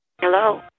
Hello